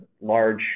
large